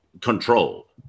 control